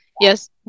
Yes